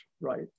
right